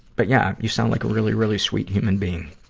but yeah, you sound like a really, really sweet human being.